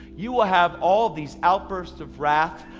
you will have all these outbursts of wrath,